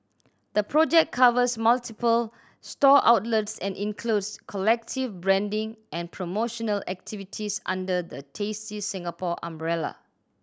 the project covers multiple store outlets and includes collective branding and promotional activities under the Tasty Singapore umbrella